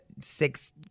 six